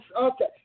Okay